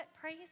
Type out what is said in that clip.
Praise